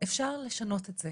אפשר לשנות את זה